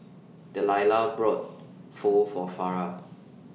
Dellia bought Pho For Farrah